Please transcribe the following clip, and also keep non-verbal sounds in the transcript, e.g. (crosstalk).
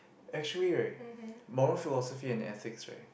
actually right (breath) moral philosophy and ethics right